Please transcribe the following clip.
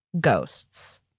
Ghosts